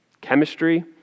chemistry